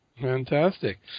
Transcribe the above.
Fantastic